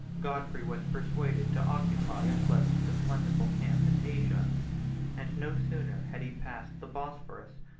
godfrey was persuaded to occupy a pleasant and plentiful camp in asia and no sooner had he passed the bosphorus,